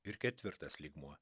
ir ketvirtas lygmuo